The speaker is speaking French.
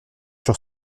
sur